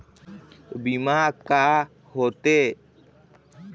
बीमा का होते?